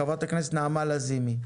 חברת הכנסת נעמה לזימי.